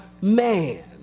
man